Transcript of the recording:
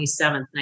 27th